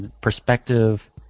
perspective